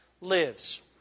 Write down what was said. lives